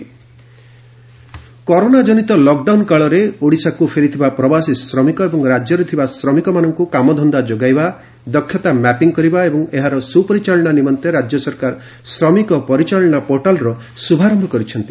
Odisha corona corona ଜଜିତ lockdown କାଳରେ ଓଡ଼ିଶାକୁ ଫେରିଥିବା ପ୍ରବାସୀ ଶ୍ରମିକ ଏବଂ ରାଜ୍ୟରେ ଥିବା ଶ୍ରମିକମାନଙ୍କୁ କାମଧନ୍ଦା ଯୋଗାଇବା ଦକ୍ଷତା ମ୍ୟାପିଂ କରିବା ଏବଂ ଏହାର ସୁପରିଚାଳନା ନିମନ୍ତେ ରାଜ୍ୟ ସରକାର ଶ୍ରମିକ ପରିଚାଳନା ପୋର୍ଟାଲ୍ର ଶୁଭାରମ୍ଭ କରିଛନ୍ତି